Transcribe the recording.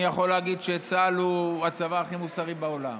אני יכול להגיד שצה"ל הוא הצבא הכי מוסרי בעולם.